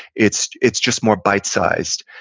it's it's just more bite sized.